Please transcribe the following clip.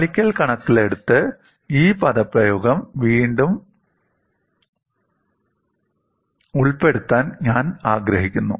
പാലിക്കൽ കണക്കിലെടുത്ത് ഈ പദപ്രയോഗം വീണ്ടും ഉൾപ്പെടുത്താൻ ഞാൻ ആഗ്രഹിക്കുന്നു